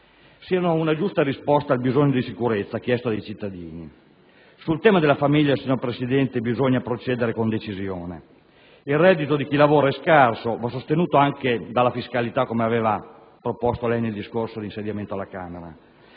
siano una giusta risposta al bisogno di sicurezza chiesto dai cittadini. Sul tema della famiglia, signor Presidente, bisogna procedere con decisione. Il reddito di chi lavora è scarso e va sostenuto anche dalla fiscalità, come leiaveva proposto nel discorso di insediamento alla Camera.